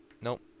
Nope